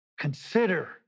consider